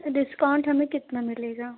discount हमें कितना मिलेगा